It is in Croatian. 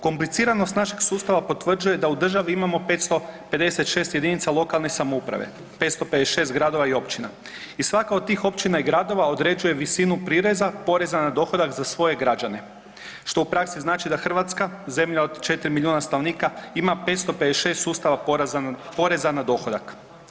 Kompliciranost našeg sustava potvrđuje da u državi imamo 556 jedinica lokalne samouprave, 556 gradova i općina i svaka od tih općina i gradova određuje visinu prireza, poreza na dohodak za svoje građane, što u praksi znači da Hrvatska, zemlja od 4 milijuna stanovnika, ima 556 sustava poreza na dohodak.